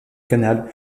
canal